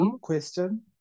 Question